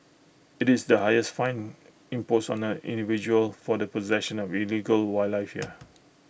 IT is the highest fine imposed on an individual for the possession of illegal wildlife here